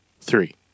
three